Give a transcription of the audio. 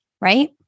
right